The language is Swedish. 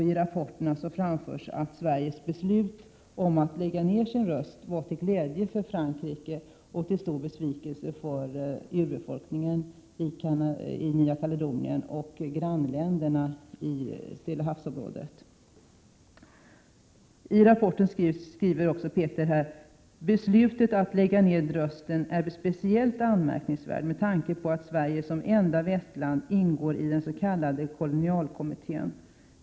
I rapporten sägs att Sveriges beslut om att lägga ned sin röst var till glädje för Frankrike och till stor besvikelse för urbefolkningen i Nya Kaledonien och för grannländerna i Stilla havs-området. I rapporten skriver Peter Weiderud: ”Beslutet att lägga ned rösten är speciellt anmärkningsvärt med tanke på att Sverige, som enda västland, ingår i den s.k. kolonialkommittén.